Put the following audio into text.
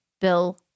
bill